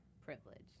privilege